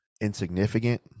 insignificant